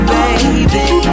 baby